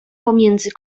pomiędzy